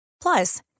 Plus